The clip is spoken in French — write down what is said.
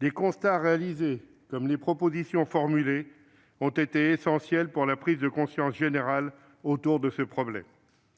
Les constats dressés, comme les propositions formulées, ont été essentiels pour la prise de conscience générale autour de ce problème.